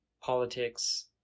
politics